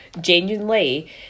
genuinely